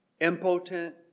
impotent